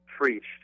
preached